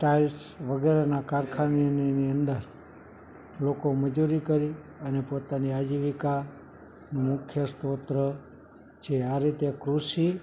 styles વગેરેના કારખાનાની અંદર લોકો મજૂરી કરી અને પોતાની આજીવિકા મુખ્ય સ્રોત છે આ રીતે